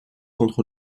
contre